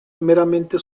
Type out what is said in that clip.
meramente